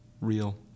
real